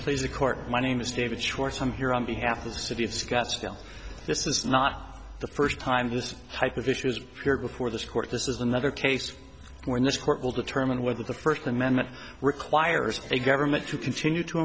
please the court my name is david schwartz i'm here on behalf of the city of scottsdale this is not the first time this type of issues here before this court this is another case where this court will determine whether the first amendment requires a government to continue to